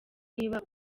niba